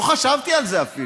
לא חשבתי על זה אפילו.